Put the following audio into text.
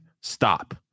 Stop